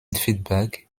feedback